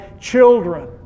children